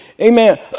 Amen